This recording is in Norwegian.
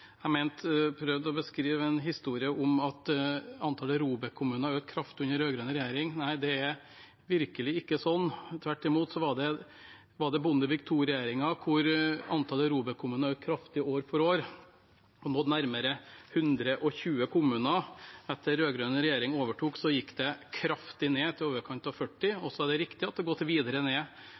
jeg mener prøvde å beskrive en historie om at antallet ROBEK-kommuner økte kraftig under den rød-grønne regjeringen. Nei, det er virkelig ikke sånn. Tvert imot var det under Bondevik II-regjeringen at antallet ROBEK-kommuner økte kraftig år for år og nådde nærmere 120 kommuner. Etter at den rød-grønne regjeringen overtok, gikk det kraftig ned, til i overkant av 40. Så er det riktig at det har gått videre ned